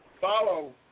follow